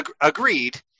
Agreed